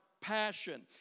passion